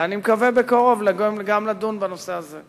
ואני מקווה לדון גם בנושא הזה בקרוב.